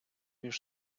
між